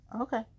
Okay